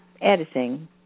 editing